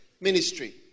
Ministry